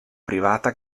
privata